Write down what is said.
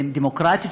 דמוקרטית,